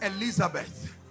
Elizabeth